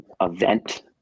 event